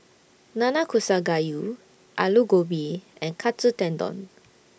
Nanakusa Gayu Alu Gobi and Katsu Tendon